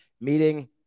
meeting